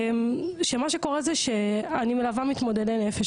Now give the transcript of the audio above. שמה שקורה זה שאני מלווה מתמודדי נפש,